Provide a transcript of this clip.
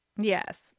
Yes